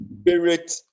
Spirit